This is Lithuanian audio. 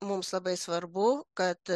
mums labai svarbu kad